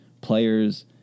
players